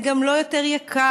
זה גם לא יותר יקר,